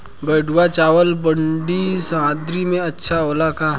बैठुआ चावल ठंडी सह्याद्री में अच्छा होला का?